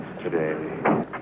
today